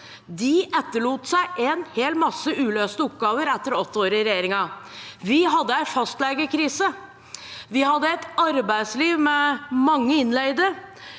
De etterlot seg mange uløste oppgaver etter åtte år i regjering: – Vi hadde en fastlegekrise. – Vi hadde et arbeidsliv med mange innleide.